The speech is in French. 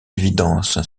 évidence